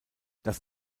das